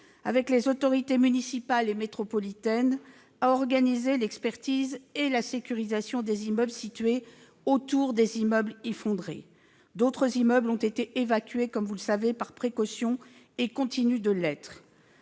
avec les autorités municipales et métropolitaines, a organisé l'expertise et la sécurisation des immeubles situés autour des bâtiments effondrés. D'autres immeubles ont été évacués par précaution et continuent de l'être.